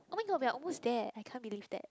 oh-my-god we are almost there I can't believe that